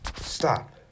stop